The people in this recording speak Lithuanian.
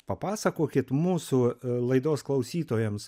papasakokit mūsų laidos klausytojams